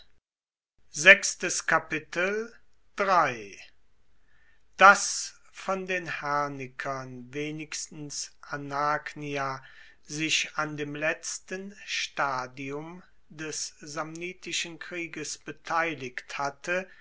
dass von den hernikern wenigstens anagnia sich an dem letzten stadium des samnitischen krieges beteiligt hatte